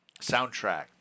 Soundtrack